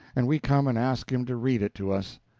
and we come and ask him to read it to us.